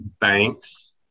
banks